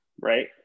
Right